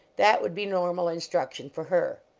that would be normal instruction for her.